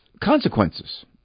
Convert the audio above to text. consequences